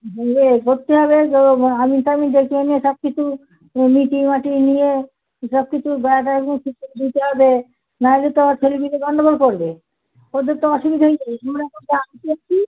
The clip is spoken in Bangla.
করতে হবে তো আমিন টামিন ডেকে এনে সব কিছু মিটিয়ে মাটিয়ে নিয়ে সব কিছু ঠিক করে দিতে হবে নাহলে তো আবার ছেলে পিলে গন্ডগোল করবে ওদের তো অসুবিধাই